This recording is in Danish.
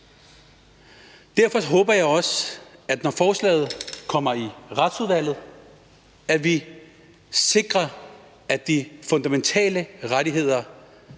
Derfor håber jeg også, at vi, når forslaget kommer i Retsudvalget, sørger for, at de fundamentale rettigheder